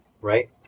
right